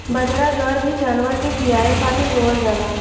बजरा, जवार भी जानवर के खियावे खातिर बोअल जाला